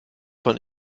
von